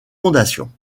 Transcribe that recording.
fondation